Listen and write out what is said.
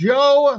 Joe